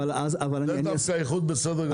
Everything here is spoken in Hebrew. זה דווקא איחוד בסדר גמור.